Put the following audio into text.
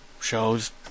shows